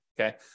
okay